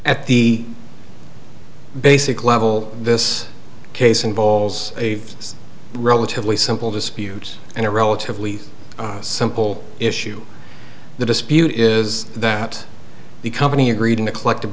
at the basic level this case involves a relatively simple dispute and a relatively simple issue the dispute is that the company agreed in a collective